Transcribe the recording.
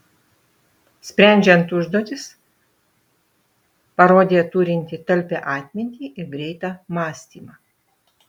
sprendžiant užduotis parodė turinti talpią atmintį ir greitą mąstymą